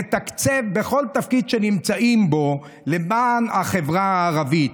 לתקצב בכל תפקיד שנמצאים בו למען החברה הערבית.